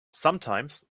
sometimes